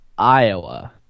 iowa